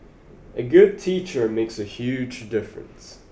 a good teacher makes a huge difference